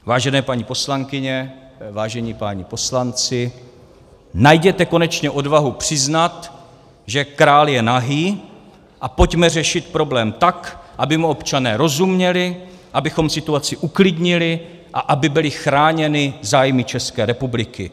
Vážené paní poslankyně, vážení páni poslanci, najděte konečně odvahu přiznat, že král je nahý, a pojďme řešit problém tak, aby mu občané rozuměli, abychom situaci uklidnili a aby byly chráněny zájmy České republiky.